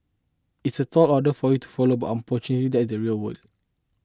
it's a tall order for you to follow but unfortunately that's the real world